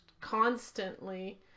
constantly